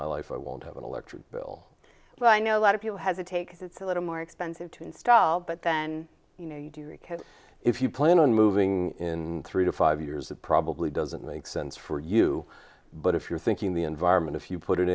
my life i won't have an electric bill but i know a lot of people has it takes it's a little more expensive to install but then you know you do if you plan on moving in three to five years that probably doesn't make sense for you but if you're thinking the environment if you put it